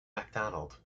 macdonald